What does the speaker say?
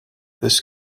this